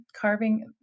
carving